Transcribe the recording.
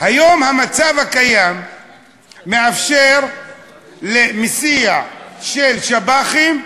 היום המצב הקיים מאפשר למסיע של שב"חים,